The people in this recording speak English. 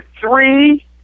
three